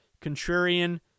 Contrarian